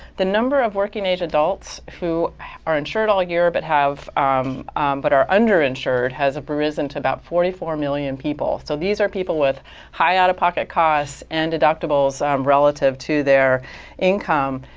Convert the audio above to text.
the number of working age adults who are insured all year, but have um but are underinsured has a provision to about forty four million people. so these are people with high out-of-pocket costs and deductibles relative to their income.